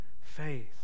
faith